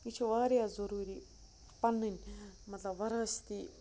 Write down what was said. یہِ چھِ واریاہ ضٔروٗری پَنٕنۍ مَطلب وَرٲثتی